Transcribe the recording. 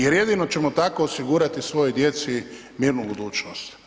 Jer jedino ćemo tako osigurati svojoj djeci mirnu budućnost.